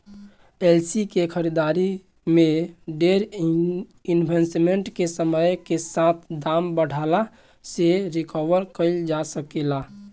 एस्ली के खरीदारी में डेर इन्वेस्टमेंट के समय के साथे दाम बढ़ला से रिकवर कईल जा सके ला